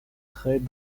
traits